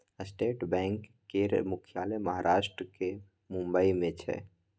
state bank केर मुख्यालय महाराष्ट्र केर मुंबई मे छै